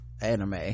anime